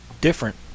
different